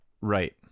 Right